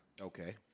Okay